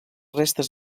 restes